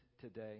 today